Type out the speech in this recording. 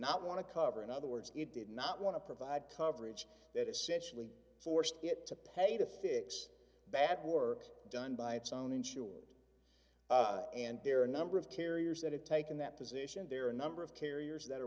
not want to cover in other words it did not want to provide coverage that d essentially forced it to pay to fix bad work done by its own insured and there are a number of carriers that have taken that position there are a number of carriers that are